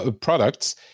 products